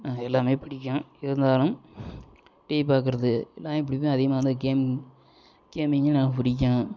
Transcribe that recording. எல்லாம் பிடிக்கும் இருந்தாலும் டிவி பாக்கிறது நான் எப்பியுமே அதிகமாக அந்த கேம் கேம்மிங்கும் பிடிக்கும்